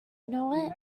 know